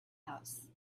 house